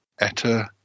etta